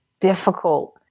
difficult